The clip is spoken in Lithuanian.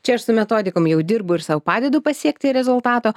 čia aš su metodikom jau dirbu ir sau padedu pasiekti rezultato